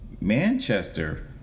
Manchester